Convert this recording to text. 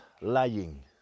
lying